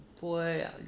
boy